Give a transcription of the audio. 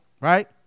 right